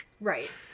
Right